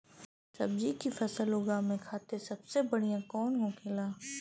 सब्जी की फसल उगा में खाते सबसे बढ़ियां कौन होखेला?